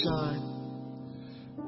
shine